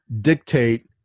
dictate